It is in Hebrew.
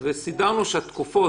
אני שואל אתכם.